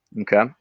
Okay